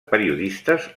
periodistes